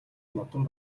модон